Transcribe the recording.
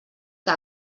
que